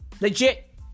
Legit